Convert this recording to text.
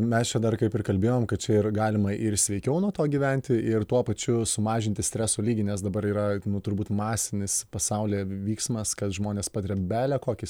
mes čia dar kaip ir kalbėjom kad čia ir galima ir sveikiau nuo to gyventi ir tuo pačiu sumažinti streso lygį nes dabar yra turbūt masinis pasaulyje vyksmas kad žmonės patiria bele kokį